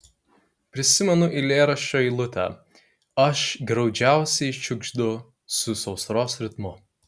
prisimenu eilėraščio eilutę aš graudžiausiai šiugždu su sausros ritmu